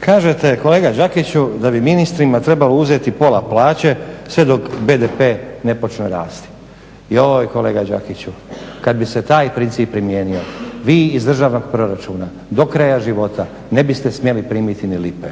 Kažete kolega Đakiću da bi ministrima trebalo uzeti pola plaće sve dok BDP ne počne rasti. Joj kolega Đakiću, kad bi se taj princip primijenio vi iz državnog proračuna do kraja života ne biste smjeli primiti ni lipe